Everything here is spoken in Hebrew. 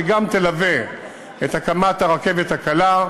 שגם תלווה את הקמת הרכבת הקלה,